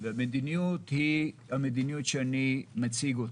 והמדיניות היא המדיניות שאני מציג.